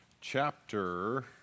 chapter